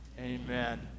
Amen